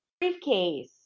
briefcase